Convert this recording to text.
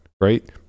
right